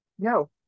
No